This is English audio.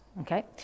okay